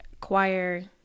choir